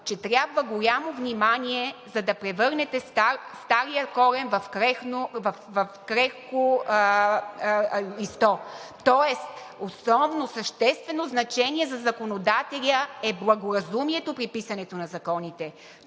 че: „Трябва голямо внимание, за да превърнете стария корен в крехко стръкче“, тоест основно, съществено значение за законодателя е благоразумието при писането на законите.